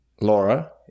Laura